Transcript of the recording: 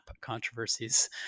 controversies